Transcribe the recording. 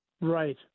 Right